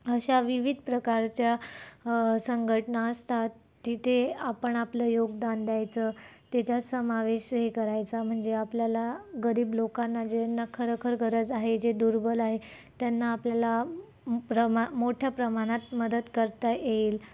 अशा विविध प्रकारच्या संघटना असतात तिथे आपण आपलं योगदान द्यायचं त्याच्यात समावेश हे करायचा म्हणजे आपल्याला गरीब लोकांना ज्यांना खरंखर गरज आहे जे दुर्बल आहे त्यांना आपल्याला प्रमा मोठ्या प्रमाणात मदत करता येईल